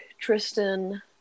Tristan